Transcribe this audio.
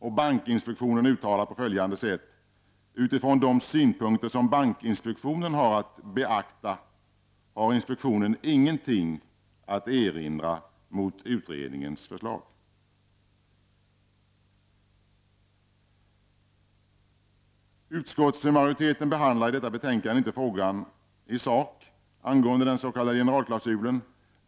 Och Bankinspektionen uttalar: ”Utifrån de synpunkter som bankinspektionen har att beakta har inspektionen ingenting att erinra mot utredningens förslag.” Utskottsmajoriteten behandlar i detta betänkande inte i sak frågan angående den s.k. generalklausulen.